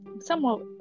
somewhat